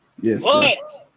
Yes